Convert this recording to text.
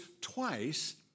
twice